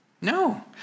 No